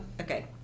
okay